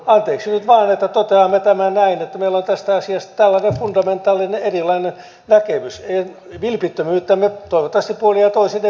anteeksi nyt vain että toteamme tämän näin että meillä on tästä asiasta tällainen fundamentaalinen erilainen näkemys vilpittömyyttämme toivottavasti puolin ja toisin epäilemättä